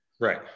Right